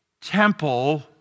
temple